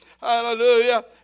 Hallelujah